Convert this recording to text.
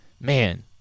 man